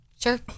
Sure